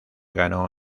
ganó